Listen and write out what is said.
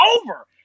over